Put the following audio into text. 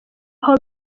aho